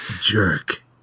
jerk